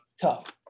tough